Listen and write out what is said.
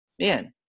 man